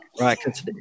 right